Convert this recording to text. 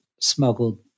smuggled